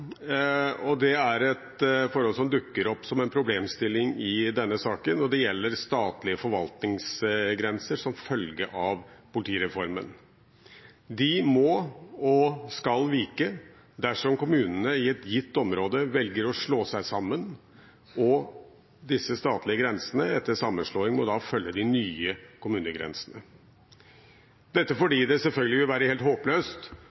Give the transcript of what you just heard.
få ta opp et annet forhold som dukker opp som en problemstilling i denne saken, og det gjelder statlige forvaltningsgrenser som følge av politireformen. De må og skal vike dersom kommunene i et gitt område velger å slå seg sammen. Disse statlige grensene etter sammenslåing må da følge de nye kommunegrensene – dette fordi det selvfølgelig vil være helt håpløst